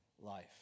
life